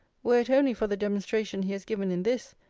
were it only for the demonstration he has given in this,